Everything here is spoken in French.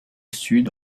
sud